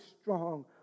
strong